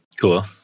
Cool